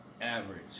average